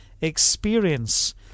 experience